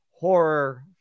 horror